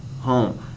home